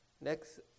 next